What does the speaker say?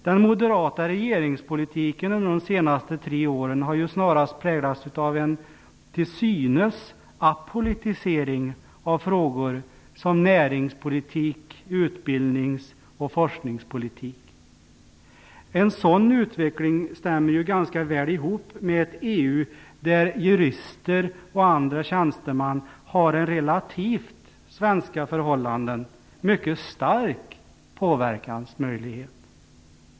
Den moderata regeringspolitiken under de senaste tre åren har snarast präglats till synes av en apolitisering av frågor som näringspolitik samt utbildnings och forskningspolitik. En sådan utveckling stämmer ganska väl med ett EU där jurister och andra tjänstemän har en jämfört med svenska förhållanden mycket stark påverkansmöjlighet.